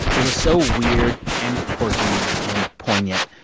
it was so weird and quirky and poignant,